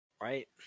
right